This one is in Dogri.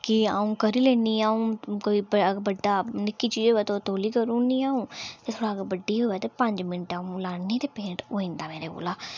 के अं'ऊ करी लैन्नी आं अ'ऊं कोई बड्डा ते नि'क्की चीज़ होऐ ते अ'ऊं तौली करी निं अ'ऊं ते इस थमां बड्डी होऐ ते पंज मिंट लान्नीं अ'ऊं ते पेंट होई जंदा मेरे कोला